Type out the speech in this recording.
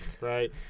Right